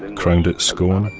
crowned at scone,